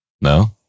no